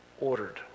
ordered